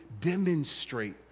demonstrate